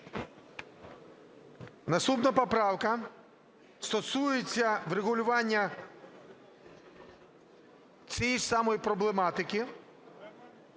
Наступна поправка стосується врегулювання цієї ж самої проблематики,